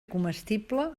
comestible